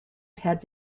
had